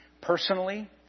personally